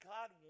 God